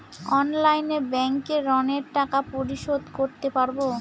অনলাইনে ব্যাংকের ঋণের টাকা পরিশোধ করতে পারবো?